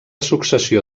successió